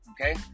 okay